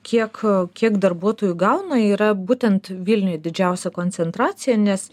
kiek kiek darbuotojų gauna yra būtent vilniuj didžiausia koncentracija nes